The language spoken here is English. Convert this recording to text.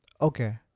Okay